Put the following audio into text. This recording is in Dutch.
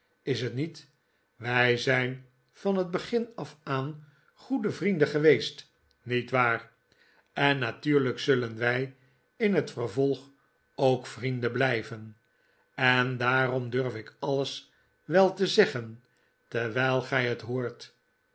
is t niet wij zijn van het begin af aan goede vrienden geweest niet waar maarten chuzzlewit en natuurlijk zullen wij in het vervolg ook vrienden blijven en daarom durf ik alles wel te zeggen terwijl gij het hoort